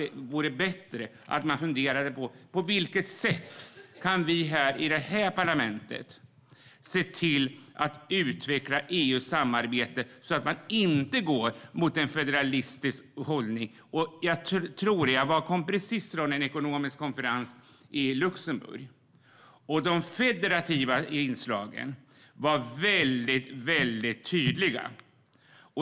Det vore bättre att fundera över på vilket sätt vi i vårt parlament kan se till att utveckla EU:s samarbete så att man inte går mot en federalistisk hållning. Jag kom precis från en ekonomisk konferens i Luxemburg, och de federativa inslagen var tydliga.